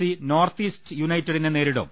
C North East യുണൈറ്റഡിനെ നേരിടും